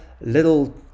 little